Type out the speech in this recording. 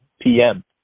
PM